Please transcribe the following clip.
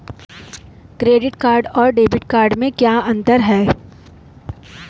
Credit card और debit card में क्या अंतर है?